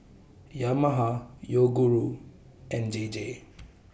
Yamaha Yoguru and JJ